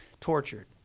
tortured